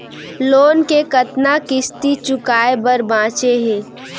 Loan के कतना किस्ती चुकाए बर बांचे हे?